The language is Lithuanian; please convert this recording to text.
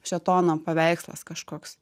šėtono paveikslas kažkoks